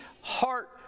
heart